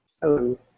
Hello